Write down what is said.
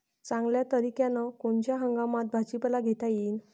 चांगल्या तरीक्यानं कोनच्या हंगामात भाजीपाला घेता येईन?